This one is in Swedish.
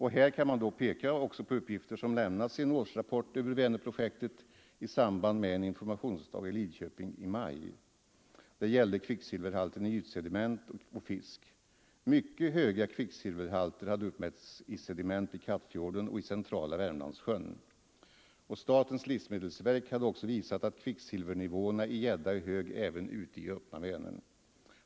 Här kan man också peka på uppgifter som lämnats i en årsrapport över Vänerprojektet i samband med en informationsdag i Lidköping i maj. Det gällde kvicksilverhalten i ytsediment och fisk. Mycket höga kvicksilverhalter hade uppmätts i sediment vid Kattfjorden och i centrala Värmlandssjön. Statens livsmedelsverk hade också visat att kvicksilvernivåerna i gädda är höga även ute i öppna Vänern.